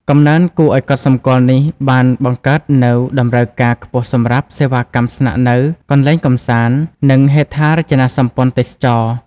កំណើនគួរឲ្យកត់សម្គាល់នេះបានបង្កើតនូវ តម្រូវការខ្ពស់សម្រាប់ សេវាកម្មស្នាក់នៅ កន្លែងកម្សាន្ត និងហេដ្ឋារចនាសម្ព័ន្ធទេសចរណ៍។